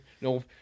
no